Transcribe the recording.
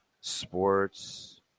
sports